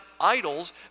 idols